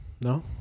No